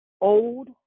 old